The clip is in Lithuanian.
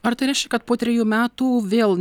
ar tai reiškia kad po trejų metų vėl